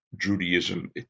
Judaism